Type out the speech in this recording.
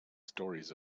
stories